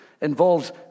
involves